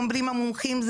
אומרים המומחים,